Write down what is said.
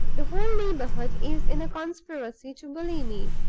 the whole neighborhood is in a conspiracy to bully me!